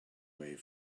wave